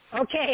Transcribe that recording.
Okay